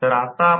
हा भाग नाही